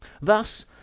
Thus